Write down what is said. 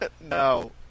No